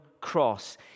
cross